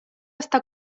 està